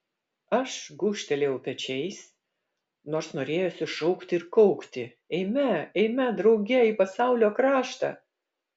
aš gūžtelėjau pečiais nors norėjosi šaukti ir kaukti eime eime drauge į pasaulio kraštą